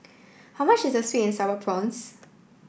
how much is Sweet and Sour Prawns